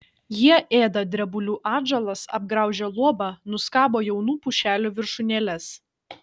jie ėda drebulių atžalas apgraužia luobą nuskabo jaunų pušelių viršūnėles